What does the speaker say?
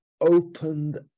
opened